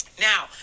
Now